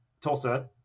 Tulsa